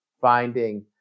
finding –